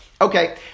Okay